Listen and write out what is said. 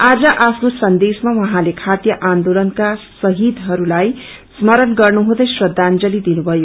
आज आफ्नो सन्देशमा उहाँले खाध्य आन्दोलनका शहिदहरूलाई स्मरण गर्नु हुँदै श्रद्धांजली दिनुभयो